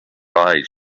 eyes